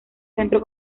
centro